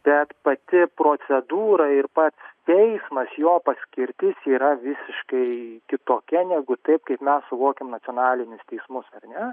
bet pati procedūra ir pats teismas jo paskirtis yra visiškai kitokia negu taip kaip mes suvokiam nacionalinius teismus ar ne